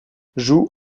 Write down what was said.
joue